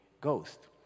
Ghost